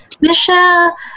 Michelle